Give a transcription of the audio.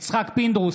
נגד יצחק פינדרוס,